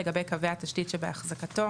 לגבי קווי התשתית שבהחזקתו,